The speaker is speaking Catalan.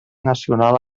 nacional